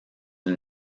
une